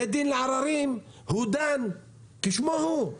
בית דין לעררים כשמו הוא.